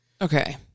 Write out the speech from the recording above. Okay